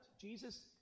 Jesus